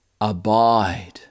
abide